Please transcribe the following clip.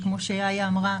כמו שאיה אמרה,